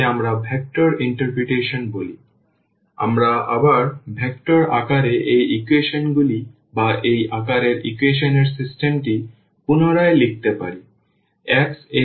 সুতরাং আমরা আবার ভেক্টর আকারে এই ইকুয়েশন গুলি বা এই আকারে ইকুয়েশন এর সিস্টেমটি পুনরায় লিখতে পারি